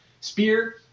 spear